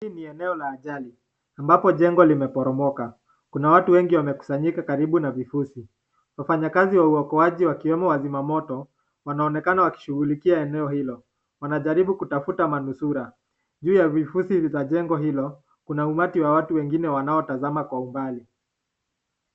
Hili ni eneo la ajali ambapo jengo limeporomoka kuna watu wengi wamekusanyika karibu na vifuzi wafanyakazi wa uokoaji wakiwemo wazima moto wanaonekana wakishughulikia eneo hilo wanajaribu kutafuta manusura juu ya vifuzi za jengo hilo kuna umati wa watu wengine wanaotazama kwa umbali.